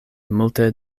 multe